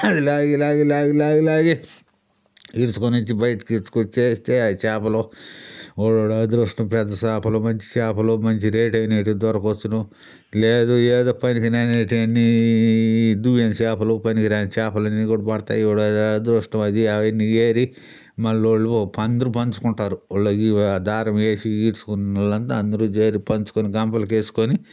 లాగి లాగి లాగి లాగి లాగి ఈడ్చుకొని వచ్చి బయటికి ఈడ్చుకొచ్చి వేస్తే ఆ చేపలు ఓడోడి అదృష్టం పెద్ద చేపలు మంచి చేపలు మంచి రేటైనేటివి దొరకవచ్చును లేదు ఏదో పనికిరానాటివి అన్నీ దువ్వెన చేపలు పనికిరాని చేపలు అన్నీ కూడ పడతాయి ఎవడా అదృష్టం అది అవన్నీ ఏరి మళ్ళీ వాళ్ళు అందరూ పంచుకుంటారు వాళ్ళు అది దారం వేసి ఈడ్చుకున్నోలంతా అందరూ చేరి పంచుకొని గంపలకు వేసుకొని